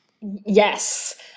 Yes